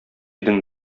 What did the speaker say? идең